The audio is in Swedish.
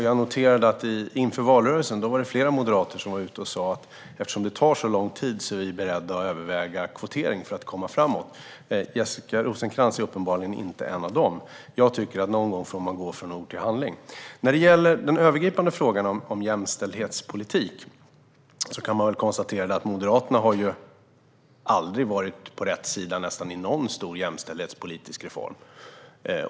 Jag noterade att inför valrörelsen var det flera moderater som sa: Eftersom det tar så lång tid är vi beredda att överväga kvotering för att komma framåt. Jessica Rosencrantz är uppenbarligen inte en av dem. Jag tycker att man någon gång får gå från ord till handling. När det gäller den övergripande frågan om jämställdhetspolitik kan man konstatera att Moderaterna nästan aldrig har varit på rätt sida i någon stor jämställdhetspolitisk reform.